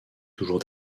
toujours